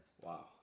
Wow